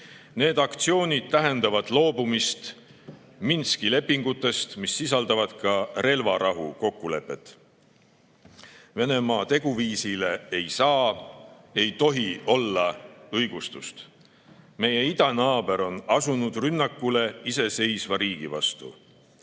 Need aktsioonid tähendavad loobumist Minski lepingutest, mis sisaldavad ka relvarahu kokkulepet. Venemaa teguviisile ei saa, ei tohi olla õigustust. Meie idanaaber on asunud rünnakule iseseisva riigi vastu.